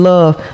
Love